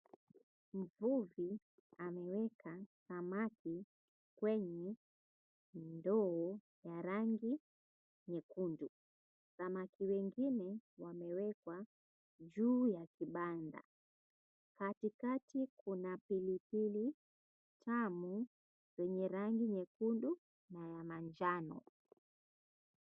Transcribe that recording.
Mvuvi ameweka samaki kwenye ndoo ya rangi nyekundu. Samaki wengine wamewekwa juu ya kibanda. Katikati kuna pilipili tamu zenye rangi nyekundu na ya manjano.